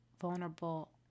vulnerable